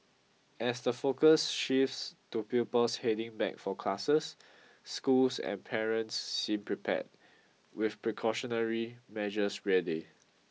as the focus shifts to pupils heading back for classes schools and parents seem prepared with precautionary measures ready